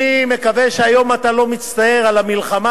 אני מקווה שהיום אתה לא מצטער על המלחמה